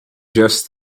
just